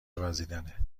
وزیدنه